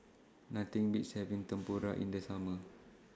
Nothing Beats having Tempura in The Summer